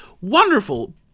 wonderful